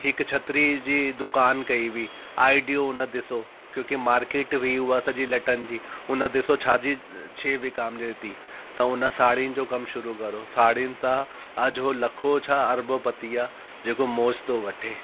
हिक छत्री जी दुकान कई हुई आइडियो हुन ॾिसो क्यूंकि मार्केट हुई उहा सॼे लटनि जी हुन ॾिसो छाजी छी विकामिजे थी त हुन साड़ियुनि जो कमु शुरू करो साड़ियुनि सां अॼु उहो लखो छा अरबोपति आहे जेको मौज थो वठे